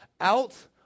out